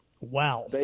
Wow